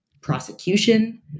prosecution